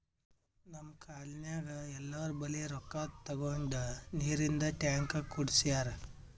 ನಮ್ ಕಾಲ್ನಿನಾಗ್ ಎಲ್ಲೋರ್ ಬಲ್ಲಿ ರೊಕ್ಕಾ ತಗೊಂಡ್ ನೀರಿಂದ್ ಟ್ಯಾಂಕ್ ಕುಡ್ಸ್ಯಾರ್